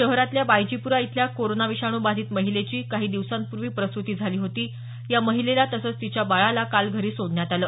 शहरातल्या बायजीप्रा इथल्या कोरोना विषाणू बाधित महिलेची काही दिवसांपूर्वी प्रसुती झाली होती या महिलेला तसंच तिच्या बाळाला काल घरी सोडण्यात आलं